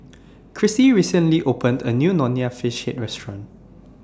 Crissie recently opened A New Nonya Fish Head Restaurant